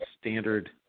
standard